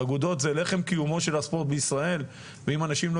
האגודות זה לחם קיומו של הספורט בישראל ואם אנשים לא